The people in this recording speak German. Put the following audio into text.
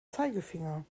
zeigefinger